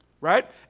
right